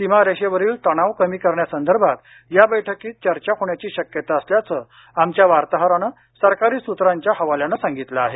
सीमारेषेवरील तणाव कमी करण्यासंदर्भात या बैठकीत चर्चा होण्याची शक्यता असल्याचं आमच्या वार्ताहरानं सरकारी सूत्रांच्या हवाल्यानं सांगितलं आहे